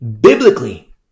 biblically